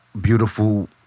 beautiful